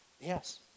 yes